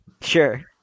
sure